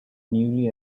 newly